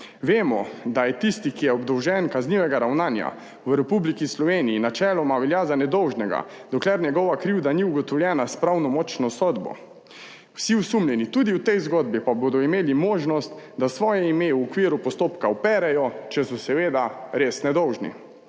Vemo, da je tisti, ki je obdolžen kaznivega ravnanja v Republiki Sloveniji načeloma velja za nedolžnega, dokler njegova krivda ni ugotovljena s pravnomočno sodbo. Vsi osumljeni, tudi v tej zgodbi, pa bodo imeli možnost, da svoje ime v okviru postopka operejo, če so seveda res nedolžni,